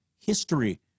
history